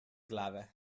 glave